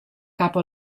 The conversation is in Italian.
capo